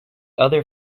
other